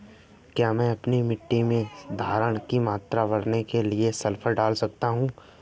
क्या मैं अपनी मिट्टी में धारण की मात्रा बढ़ाने के लिए सल्फर डाल सकता हूँ?